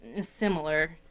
similar